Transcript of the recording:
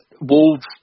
Wolves